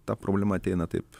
ta problema ateina taip